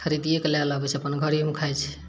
खरीदिए कऽ लै लऽ अबै छै अपन घरेमे खाइत छै